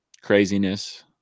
craziness